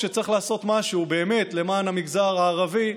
כשצריך לעשות משהו באמת למען המגזר הערבי,